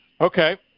Okay